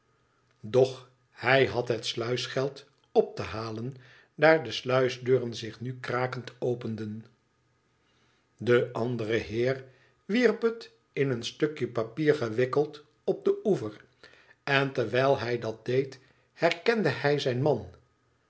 doch hij had het sluisgeld op te halen daar de sluisdeuren zich nu krakend openden de andere heer wierp het in een stukje papier gewikkeld op den oever en terwijl hij dat deed herkende hij zijn man